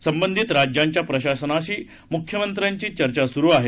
संबंधित राज्यांच्या प्रशासनाशी मुख्यमंत्र्यांशी चर्चा सुरु आहे